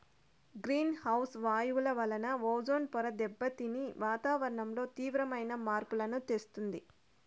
green house వాయువుల వలన ozone పొర దెబ్బతిని వాతావరణంలో తీవ్రమైన మార్పులను తెస్తుంది